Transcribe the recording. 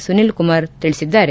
ಸುನೀಲ್ ಕುಮಾರ್ ತಿಳಿಸಿದ್ದಾರೆ